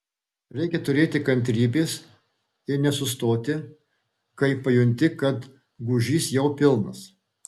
reikia turėti kantrybės ir nesustoti kai pajunti kad gūžys jau pilnas